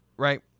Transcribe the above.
Right